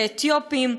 ואתיופים.